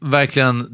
verkligen